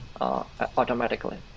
automatically